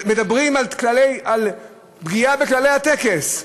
מדברים על פגיעה בכללי הטקס,